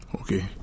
Okay